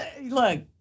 look